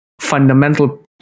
fundamental